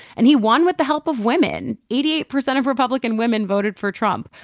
and he won with the help of women. eighty eight percent of republican women voted for trump.